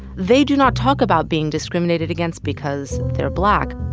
they do not talk about being discriminated against because they're black